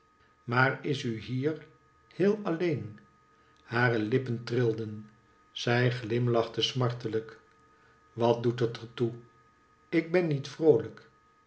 maar is u niet hier heel alleen hare lippen trilden zij glimlachte smartelijk wat doet het er toe ik ben niet vroolijk